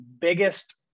biggest